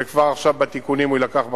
וכבר עכשיו בתיקונים הוא יילקח בחשבון.